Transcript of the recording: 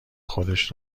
خودش